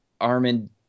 Armin